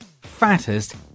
fattest